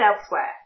elsewhere